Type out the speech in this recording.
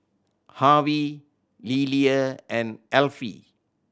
Harvy Lilia and Elfie